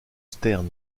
stern